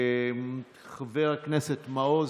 חבר הכנסת מעוז,